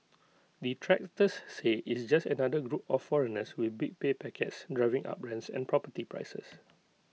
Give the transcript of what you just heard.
detractors say it's just another group of foreigners with big pay packets driving up rents and property prices